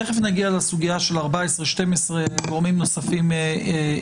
תיכף נגיע לסוגיה של 14 או 12 וגורמים נוספים יתייחסו.